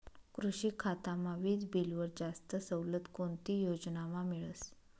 कृषी खातामा वीजबीलवर जास्त सवलत कोणती योजनामा मिळस?